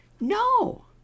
no